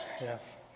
Yes